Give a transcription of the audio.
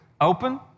open